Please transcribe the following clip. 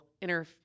inner